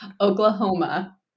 Oklahoma